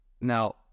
now